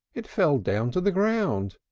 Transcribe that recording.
it fell down to the ground.